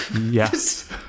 Yes